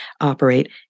operate